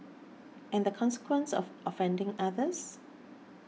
and the consequence of offending others